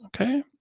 okay